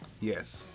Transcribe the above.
Yes